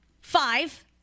Five